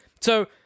so-